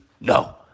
No